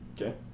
Okay